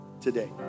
today